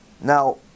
now